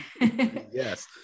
Yes